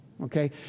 okay